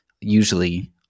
usually